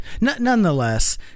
nonetheless